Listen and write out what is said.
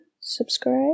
Subscribe